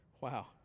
Wow